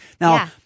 Now